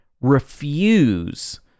refuse